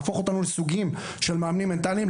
להפוך אותנו לסוגים של מאמנים מנטליים,